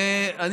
וכל,